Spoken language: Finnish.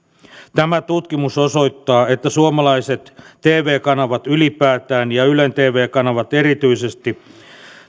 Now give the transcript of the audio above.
tämä tutkimus osoittaa että suomalaiset tv kanavat ylipäätään ja ylen tv kanavat erityisesti